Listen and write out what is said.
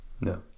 No